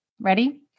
Ready